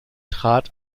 trat